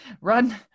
Run